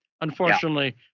unfortunately